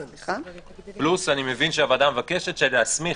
פלוס אני מבין שהוועדה מבקשת להסמיך